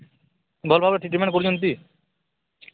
ଭଲ୍ ଭାବରେ ଟ୍ରିଟ୍ମେଣ୍ଟ୍ କରୁଛନ୍ତି